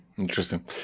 interesting